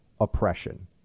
oppression